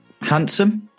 Handsome